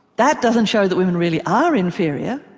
that doesn't show that women really are inferior,